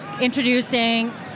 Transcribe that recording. introducing